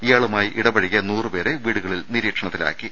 ഇയാളുമായി ഇടപഴകിയ നൂറു പേരെ വീടുകളിൽ നിരീക്ഷണത്തിലാക്കി